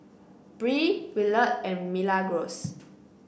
Bree Willard and Milagros